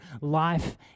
life